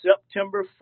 September